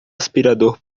aspirador